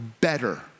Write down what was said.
better